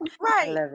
right